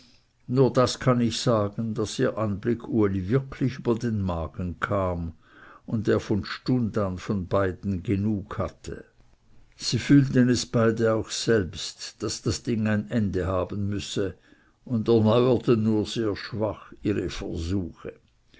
nur das kann ich sagen daß ihr anblick uli wirklich über den magen kam und er von stund an von beiden genug hatte sie fühlten es beide auch selbst daß das ding ein ende haben müsse und erneuerten nur sehr schwach ihre versuche